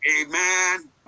amen